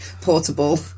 portable